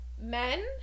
Men